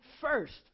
first